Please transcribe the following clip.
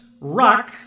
rock